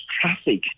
traffic